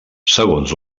segons